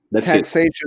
Taxation